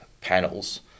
panels